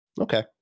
Okay